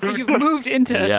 you've moved into.